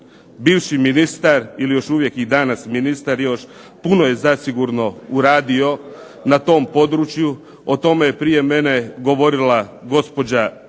bivši ministar ili još uvijek i danas ministar još, puno je zasigurno uradio na tom području. O tome je prije mene govorila gospođa Pusić.